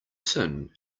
tin